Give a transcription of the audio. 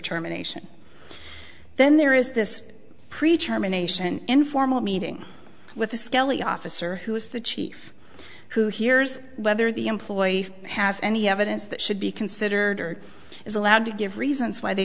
terminations then there is this pre term anation informal meeting with a skelly officer who is the chief who hears whether the employee has any evidence that should be considered or is allowed to give reasons why they